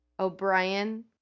O'Brien